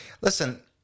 Listen